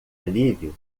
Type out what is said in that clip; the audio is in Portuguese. alívio